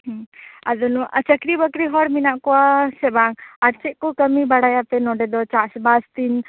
ᱦᱩᱸ ᱟᱫᱚ ᱟᱨ ᱪᱟ ᱠᱨᱤ ᱵᱟ ᱠᱨᱤ ᱦᱚᱲ ᱢᱮᱱᱟᱜ ᱠᱚᱣᱟ ᱥᱮ ᱵᱟᱝ ᱟᱨ ᱪᱮᱫᱠᱚ ᱠᱟ ᱢᱤ ᱵᱟᱲᱟᱭᱟᱯᱮ ᱱᱚᱰᱮ ᱫᱚ ᱪᱟᱥᱵᱟᱥ ᱫᱤᱱ